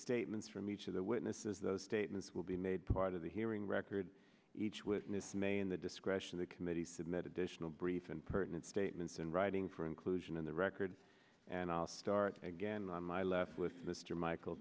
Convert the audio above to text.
statements from each of the witnesses those statements will be made part of the hearing record each witness may in the discretion the committee said meditational brief and pertinent statements in writing for inclusion in the record and i'll start again on my left with mr michael